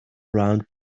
round